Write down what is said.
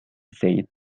said